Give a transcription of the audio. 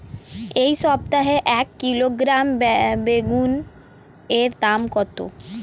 এই সপ্তাহে এক কিলোগ্রাম বেগুন এর দাম কত?